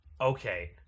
okay